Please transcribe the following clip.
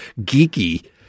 geeky